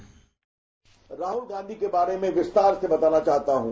bite Rahul Gandhi के बारे में विस्तार से बताना चाहता हूं